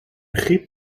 griep